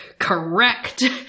Correct